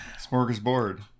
Smorgasbord